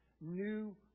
New